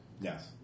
Yes